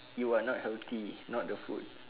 you are not healthy not the food